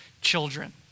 children